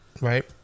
Right